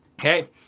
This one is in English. Okay